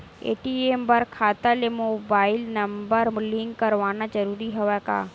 ATM बर खाता ले मुबाइल नम्बर लिंक करवाना ज़रूरी हवय का?